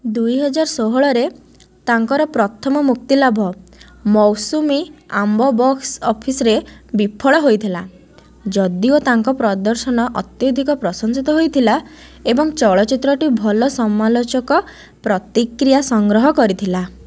ଦୁଇ ହଜାର ଷୋହଳରେ ତାଙ୍କର ପ୍ରଥମ ମୁକ୍ତିଲାଭ ମୌସୁମୀ ଆମ୍ବ ବକ୍ସ ଅଫିସ୍ରେ ବିଫଳ ହେଇଥିଲା ଯଦିଓ ତାଙ୍କ ପ୍ରଦର୍ଶନ ଅତ୍ୟଧିକ ପ୍ରଶଂସିତ ହେଇଥିଲା ଏବଂ ଚଳଚ୍ଚିତ୍ରଟି ଭଲ ସମାଲୋଚକ ପ୍ରତିକ୍ରିୟା ସଂଗ୍ରହ କରିଥିଲା